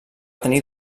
tenir